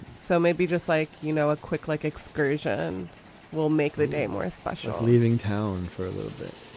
so maybe just like, you know, a quick, like excursion will make the day more special. leaving town for a little bit.